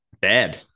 bad